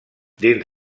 dins